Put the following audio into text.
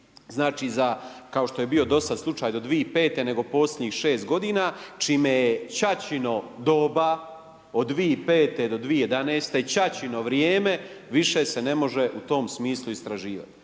znači za, kao što je bio dosad slučaj do 2005. nego posljednjih 6 godina, čime je ćaćino doba od 2005. do 2011., ćaćino vrijeme, više se ne može u tom smislu istraživati.